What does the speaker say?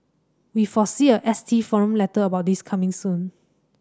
we foresee a S T forum letter about this coming soon